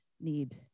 need